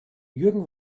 jürgen